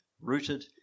rooted